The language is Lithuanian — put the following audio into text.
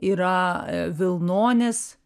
yra vilnonis